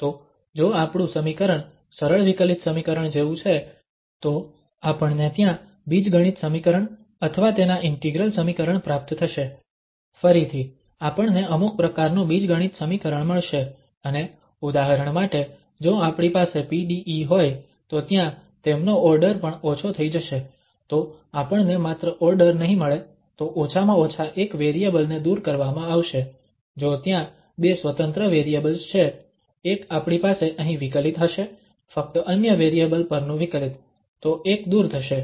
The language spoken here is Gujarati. તો જો આપણું સમીકરણ સરળ વિકલિત સમીકરણ જેવું છે તો આપણને ત્યાં બીજગણિત સમીકરણ અથવા તેના ઇન્ટિગ્રલ સમીકરણ પ્રાપ્ત થશે ફરીથી આપણને અમુક પ્રકારનું બીજગણિત સમીકરણ મળશે અને ઉદાહરણ માટે જો આપણી પાસે PDE હોય તો ત્યાં તેમનો ઓર્ડર પણ ઓછો થઈ જશે તો આપણને માત્ર ઓર્ડર નહીં મળે તો ઓછામાં ઓછા એક વેરિયેબલ ને દૂર કરવામાં આવશે જો ત્યાં બે સ્વતંત્ર વેરિયેબલ્સ છે એક આપણી પાસે અહીં વિકલિત હશે ફક્ત અન્ય વેરિયેબલ પરનુ વિકલિત તો એક દૂર થશે